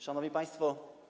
Szanowni Państwo!